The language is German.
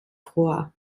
früher